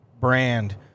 brand